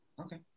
okay